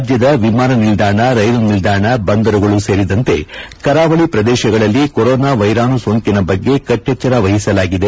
ರಾಜ್ಲದ ವಿಮಾನ ನಿಲ್ಲಾಣ ರೈಲು ನಿಲ್ಲಾಣ ಬಂದರುಗಳು ಸೇರಿದಂತೆ ಕರಾವಳಿ ಪ್ರದೇಶಗಳಲ್ಲಿ ಕೊರೊನಾ ವೈರಾಣು ಸೋಂಕಿನ ಬಗ್ಗೆ ಕಟ್ಟೆಚ್ಲರ ವಹಿಸಲಾಗಿದೆ